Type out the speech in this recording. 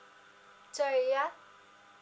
sorry yeah